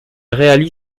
réalise